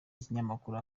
ikinyamakuru